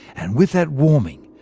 and with that warming,